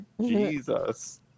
Jesus